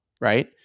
right